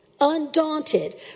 undaunted